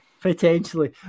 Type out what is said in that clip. potentially